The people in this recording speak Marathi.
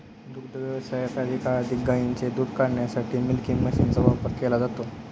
दुग्ध व्यवसायात अधिकाधिक गायींचे दूध काढण्यासाठी मिल्किंग मशीनचा वापर केला जातो